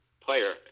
player